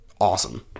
awesome